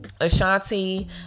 ashanti